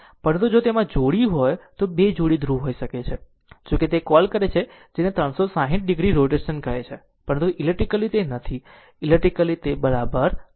પરંતુ જો તેમાં જોડી હોય તો 2 જોડી ધ્રુવ હોઇ શકે છે જો કે તે કોલ કરે છે જેને 360 ડિગ્રી રોટેશન કહે છે પરંતુ ઇલેક્ટ્રિકલી તે નથી ઇલેક્ટ્રિકલી તે બરાબર નથી